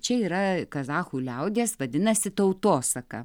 čia yra kazachų liaudies vadinasi tautosaka